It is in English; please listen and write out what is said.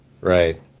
Right